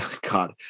God